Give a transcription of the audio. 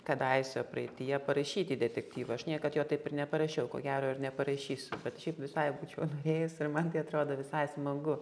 kadaise praeityje parašyti detektyvą aš niekad jo taip ir neparašiau ko gero ir neparašysiu šiaip visai būčiau norėjus ir man tai atrodo visai smagu